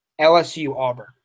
LSU-Auburn